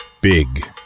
Big